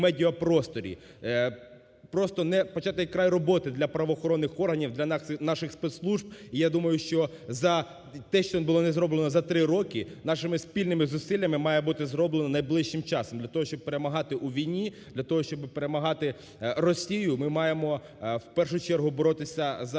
Просто непочатий край роботи для правоохоронних органів, для наших спецслужб. І я думаю, що те, що не було зроблено за три роки, нашими спільними зусиллями має бути зроблено найближчим часом. Для того, щоб перемагати у війні, для того, щоб перемагати Росію. Ми маємо в першу чергу боротися за